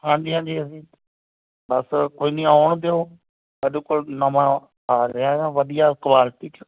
ਹਾਂਜੀ ਹਾਂਜੀ ਹਾਂਜੀ ਬਸ ਕੋਈ ਨਹੀਂ ਆਉਣ ਦਿਓ ਸਾਡੇ ਕੋਲ ਨਵਾਂ ਆ ਰਿਹਾ ਆ ਵਧੀਆ ਕੁਆਲਿਟੀ 'ਚ